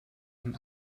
einen